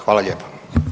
Hvala lijepo.